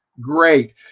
great